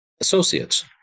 associates